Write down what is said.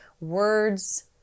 words